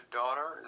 daughter